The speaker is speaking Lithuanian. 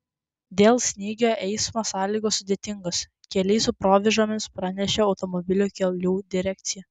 dėl snygio eismo sąlygos sudėtingos keliai su provėžomis pranešė automobilių kelių direkcija